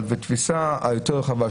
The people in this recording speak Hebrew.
אבל בתפיסה היותר רחבה,